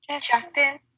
Justin